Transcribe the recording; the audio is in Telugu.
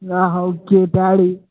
okay paddy